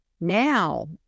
now